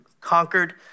conquered